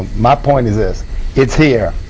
my point is this it's here.